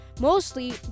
mostly